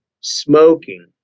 smoking